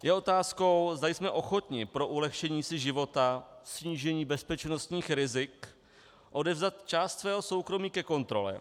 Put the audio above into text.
Je otázkou, zda jsme ochotni pro ulehčení si života, snížení bezpečnostních rizik odevzdat část svého soukromí ke kontrole.